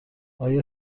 آیا